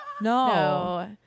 No